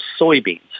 soybeans